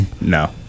No